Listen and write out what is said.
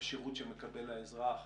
בשירות שמקבל האזרח.